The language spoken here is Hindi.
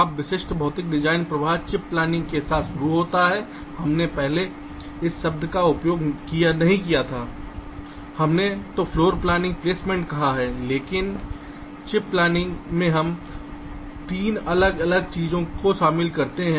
अब विशिष्ट भौतिक डिजाइन प्रवाह चिप प्लानिंग के साथ शुरू होता है हमने पहले इस शब्द का उपयोग नहीं किया था हमने इसे फ्लोरप्लानिंग प्लेसमेंट कहा है लेकिन चिप प्लानिंग में हम 3 अलग अलग चीजों को शामिल करते हैं